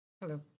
Hello